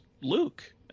Luke